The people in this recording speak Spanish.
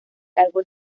cargo